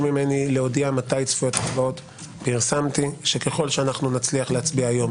ממני להודיע מתי צפויות הצבעות פרסמתי שככל שנצליח להצביע היום,